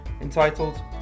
entitled